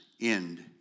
end